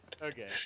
Okay